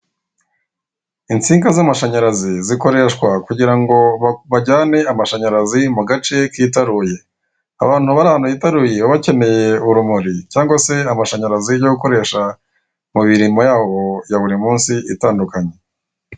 Insinga z'amashanyarazi zikoreshwa kugira ngo bajyane amashanyarazi mu gace kitaruye. Abantu bari ahantu hitaruye baba bakeneye urumuri cyangwa se amashanyarazi yo gukoresha mu mirimo yabo ya burimunsi itandukanye.